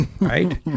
right